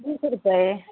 बीस रुपये